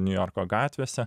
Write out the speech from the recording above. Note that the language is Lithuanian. niujorko gatvėse